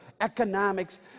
economics